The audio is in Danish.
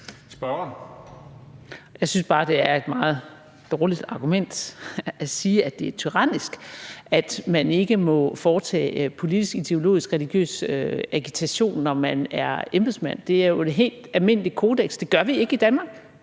Jeg synes bare, det er et meget dårligt argument at sige, at det er tyrannisk, at man ikke må udøve politisk-ideologisk-religiøs agitation, når man er embedsmand. Det er jo et helt almindeligt kodeks, det gør vi ikke i Danmark.